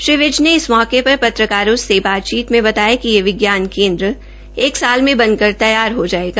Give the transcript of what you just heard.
श्री विज ने इस मौकेपर पत्रकारों से बातचीत में बताया कि यह विज्ञान केन्द्र एक साल मे बनकर तष्ठार हो जायेगा